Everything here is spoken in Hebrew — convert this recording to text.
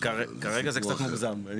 כרגע זה קצת מוגזם.